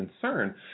concern